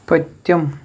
پٔتِم